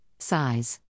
Size